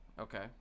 okay